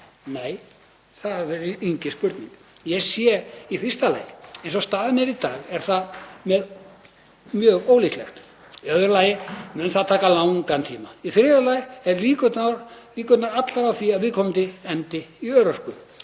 Nei, það er engin spurning. Ég segi í fyrsta lagi að eins og staðan er í dag er það mjög ólíklegt. Í öðru lagi mun það taka langan tíma. Í þriðja lagi eru líkurnar allar á því að viðkomandi endi í örorku.